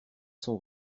son